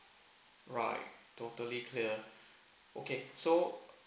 alright totally clear okay so